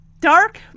dark